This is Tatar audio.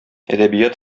әдәбият